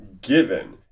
given